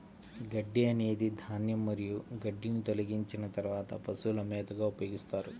గడ్డి అనేది ధాన్యం మరియు గడ్డిని తొలగించిన తర్వాత పశువుల మేతగా ఉపయోగిస్తారు